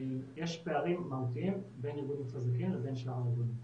יש פערים מהותיים בין ארגונים חזקים לבין שאר הארגונים.